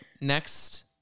Next